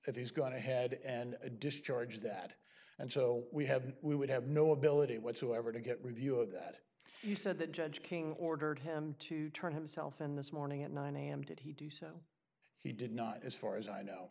if he's going ahead and a discharge that and so we have we would have no ability whatsoever to get review of that he said that judge king ordered him to turn himself in this morning at nine am did he do so he did not as far as i know